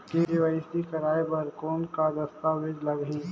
KYC कराय बर कौन का दस्तावेज लगही?